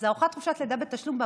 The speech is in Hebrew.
זה הארכה חופשת הלידה בתשלום,